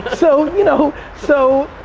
so, you know, so